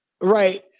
right